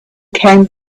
came